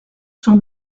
sont